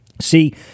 See